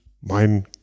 mein